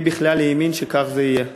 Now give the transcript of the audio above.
מי בכלל האמין שכך זה יהיה?